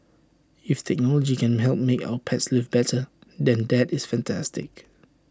if technology can help make our pets lives better than that is fantastic